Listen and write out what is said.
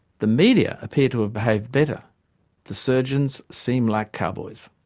the media appear to have behaved better the surgeons seem like cowboys.